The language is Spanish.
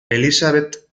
elisabet